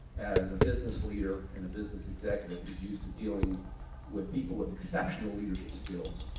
as a business leader and a business executive who's used to dealing with people with exceptional leadership skills,